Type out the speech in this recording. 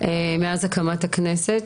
מאז הקמת הכנסת,